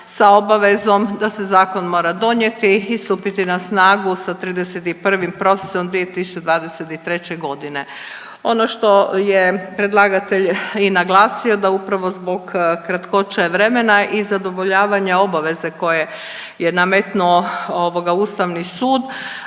sa obavezom da se zakon mora donijeti i stupiti na snagu sa 31. prosincom 2023. godine. Ono što je predlagatelj i naglasio da upravo zbog kratkoće vremena i zadovoljavanja obaveze koje je nametnuo Ustavni sud